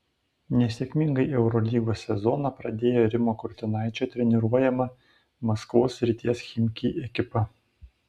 nesėkmingai eurolygos sezoną pradėjo rimo kurtinaičio treniruojama maskvos srities chimki ekipa